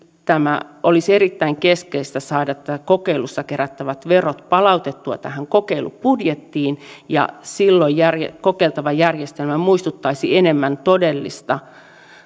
olisi erittäin keskeistä saada kokeilussa kerättävät verot palautettua tähän kokeilubudjettiin silloin kokeiltava järjestelmä muistuttaisi enemmän todellista